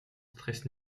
stress